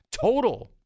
total